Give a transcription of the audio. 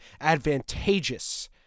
advantageous